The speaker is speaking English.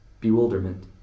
bewilderment